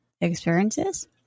experiences